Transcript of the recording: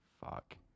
Fuck